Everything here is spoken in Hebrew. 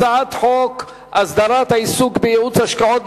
הצעת חוק הסדרת העיסוק בייעוץ השקעות,